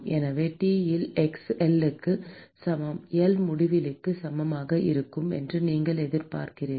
எனவே T இல் x L க்கு சமம் L முடிவிலிக்கு சமமாக இருக்கும் என்று நீங்கள் எதிர்பார்க்கிறீர்கள்